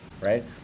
right